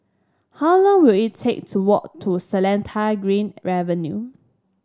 how long will it take to walk to Seletar Green Avenue